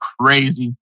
crazy